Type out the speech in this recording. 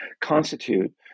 constitute